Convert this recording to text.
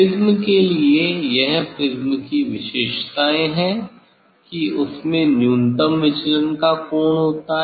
prism के लिए यह प्रिज्म की विशेषताएँ हैं कि उसमे न्यूनतम विचलन का कोण होता हैं